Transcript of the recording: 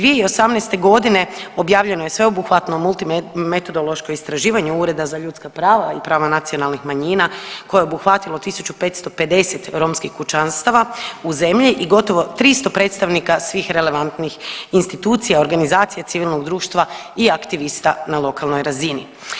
2018.g. objavljeno je sveobuhvatno multimetodološko istraživanje Ureda za ljudska prava i prava nacionalnih manjina koje je obuhvatilo 1550 romskih kućanstava u zemlji i gotovo 300 predstavnika svih relevantnih institucija, organizacija civilnog društva i aktivista na lokalnoj razini.